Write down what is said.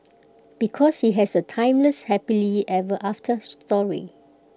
because he has A timeless happily ever after story